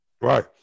Right